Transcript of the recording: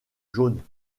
jaunes